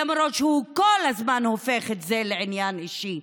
למרות שהוא כל הזמן הופך את זה לעניין אישי,